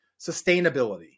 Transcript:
sustainability